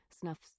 snuffs